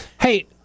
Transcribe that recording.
Hey